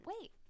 wait